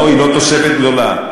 היא לא תוספת גדולה,